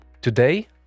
Today